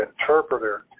interpreter